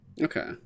okay